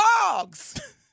dogs